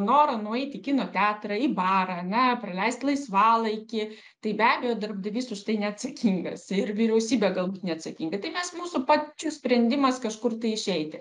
norą nueiti į kino teatrą į barą ane praleisti laisvalaikį tai be abejo darbdavys už tai neatsakingas ir vyriausybė galbūt neatsakinga tai mes mūsų pačių sprendimas kažkur išeiti